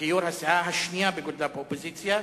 כיושב-ראש הסיעה השנייה בגודלה באופוזיציה,